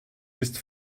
ist